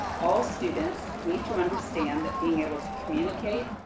all students need to understand that being able to communicate,